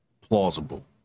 plausible